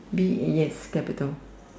B a yes capital